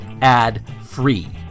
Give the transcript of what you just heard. ad-free